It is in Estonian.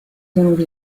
sõnul